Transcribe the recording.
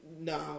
no